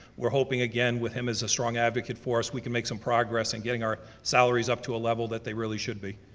we're hoping again, with him as a strong advocate for us, we can make some progress in getting our salaries up to a level that they really should be.